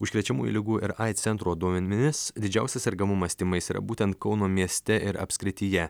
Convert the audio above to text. užkrečiamųjų ligų ir aids centro duomenimis didžiausias sergamumas tymais yra būtent kauno mieste ir apskrityje